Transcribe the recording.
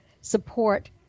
support